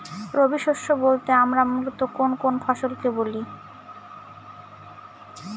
রবি শস্য বলতে আমরা মূলত কোন কোন ফসল কে বলি?